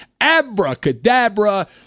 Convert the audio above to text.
abracadabra